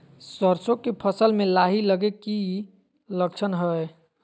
सरसों के फसल में लाही लगे कि लक्षण हय?